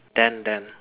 then then